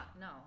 No